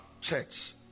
church